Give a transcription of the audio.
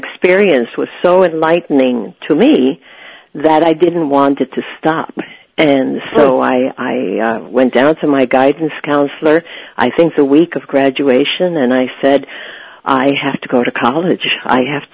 experience was so enlightening to me that i didn't wanted to stop and so i went down to my guidance counsellor i think the week of graduation and i said i have to go to college i have